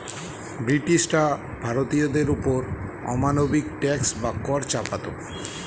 ব্রিটিশরা ভারতীয়দের ওপর অমানবিক ট্যাক্স বা কর চাপাতো